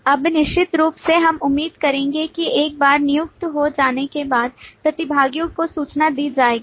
अब निश्चित रूप से हम उम्मीद करेंगे कि एक बार नियुक्ति हो जाने के बाद प्रतिभागियों को सूचना दी जाएगी